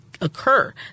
occur